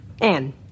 Anne